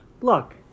Look